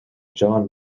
john